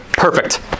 Perfect